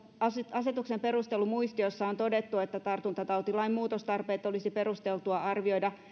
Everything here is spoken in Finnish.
asetuksen perustelumuistiossa on todettu että tartuntatautilain muutostarpeet olisi perusteltua arvioida